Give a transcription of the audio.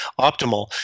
optimal